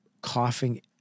coughing